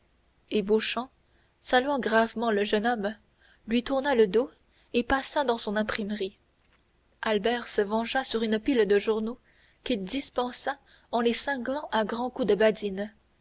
beauchamp saluant gravement le jeune homme lui tourna le dos et passa dans son imprimerie albert se vengea sur une pile de journaux qu'il dispersa en les cinglant à grands coups de badine